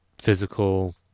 physical